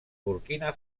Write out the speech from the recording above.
burkina